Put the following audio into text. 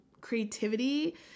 creativity